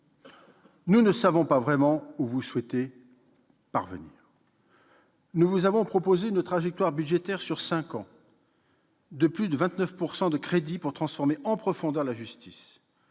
nous ne savons pas vraiment où vous souhaitez parvenir. Nous avons proposé une trajectoire budgétaire, sur cinq ans, de plus de 29 % de crédits pour transformer en profondeur la justice